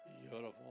beautiful